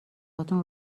هاتون